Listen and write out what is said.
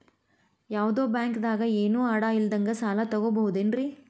ಯಾವ್ದೋ ಬ್ಯಾಂಕ್ ದಾಗ ಏನು ಅಡ ಇಲ್ಲದಂಗ ಸಾಲ ತಗೋಬಹುದೇನ್ರಿ?